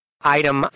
item